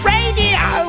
Radio